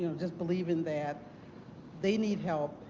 you know just believing that they need help.